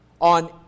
on